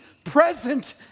present